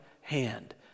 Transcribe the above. hand